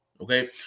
Okay